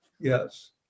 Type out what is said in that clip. Yes